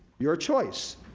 your choice.